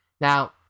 Now